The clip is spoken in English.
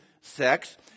sex